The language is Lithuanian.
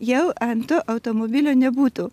jau ant to automobilio nebūtų